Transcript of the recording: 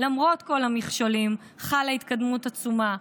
"למרות כל המכשולים חלה התקדמות עצומה.